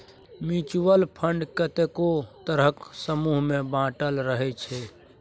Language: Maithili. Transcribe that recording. म्युच्युअल फंड कतेको तरहक समूह मे बाँटल रहइ छै